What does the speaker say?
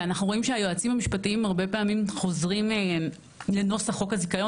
אני רואה שהיועצים המשפטיים חוזרים לנוסח חוק הזיכיון